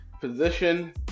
position